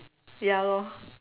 ya lor